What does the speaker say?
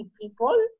people